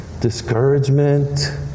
discouragement